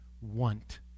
want